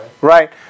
right